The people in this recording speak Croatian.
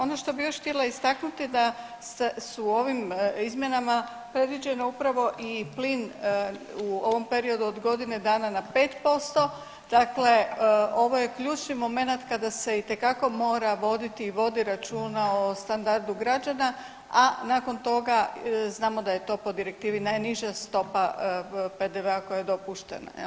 Ono što bih još htjela istaknuti da se, su ovim izmjenama predviđene upravo i plin u ovom periodu od godine dana na 5%, dakle ovo je ključni momenat kada se itekako mora voditi i vodi računa o standardu građana, a nakon toga znamo da je to po direktivi najniža stopa PDV-a koja je dopuštena